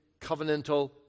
covenantal